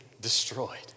destroyed